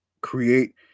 create